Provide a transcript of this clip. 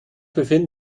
befinden